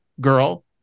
girl